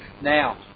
Now